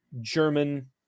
German